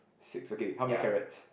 six okay how many carrots